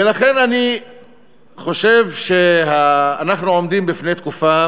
ולכן אני חושב שאנחנו עומדים בפני תקופה